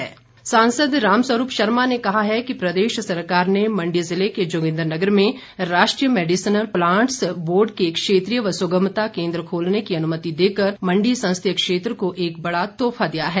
राम स्वरूप सांसद राम स्वरूप शर्मा ने कहा है कि प्रदेश सरकार ने मंडी जिले के जोगिन्द्रनगर में राष्ट्रीय मैडिसनल प्लांट्स बोर्ड के क्षेत्रीय व सुगमता केन्द्र खोलने की अनुमति देकर मंडी संसदीय क्षेत्र को एक बड़ा तोहफा दिया है